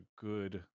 good